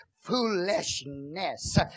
foolishness